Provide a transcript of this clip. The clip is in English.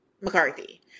mccarthy